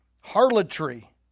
Harlotry